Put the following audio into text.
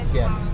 yes